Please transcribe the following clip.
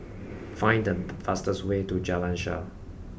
find the fastest way to Jalan Shaer